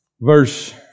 verse